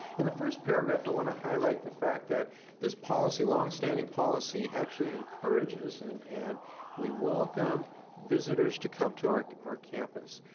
and the first paragraph, and i want to highlight the fact that this policy, long-standing policy actually encourages and and we welcome visitors to come to our our campus.